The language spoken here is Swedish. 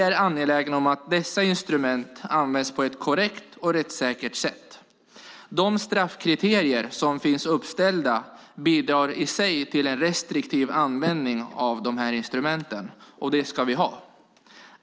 Vi är angelägna om att dessa instrument används på ett korrekt och rättssäkert sätt. De straffkriterier som finns uppställda bidrar i sig till en restriktiv användning av instrumenten, och det ska vi ha.